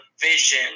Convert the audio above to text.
vision